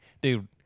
Dude